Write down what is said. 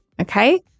okay